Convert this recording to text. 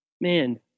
man